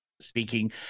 speaking